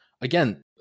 again